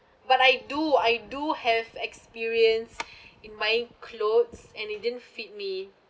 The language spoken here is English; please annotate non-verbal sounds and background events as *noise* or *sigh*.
but I do I do have experience *breath* in buying clothes and it didn't fit me